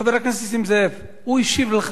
חבר הכנסת נסים זאב, הוא השיב לך.